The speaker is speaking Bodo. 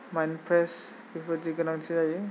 माइन्द फ्रेश बेफोरबादि गोनांथि जायो